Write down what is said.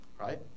Right